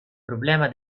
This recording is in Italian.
problema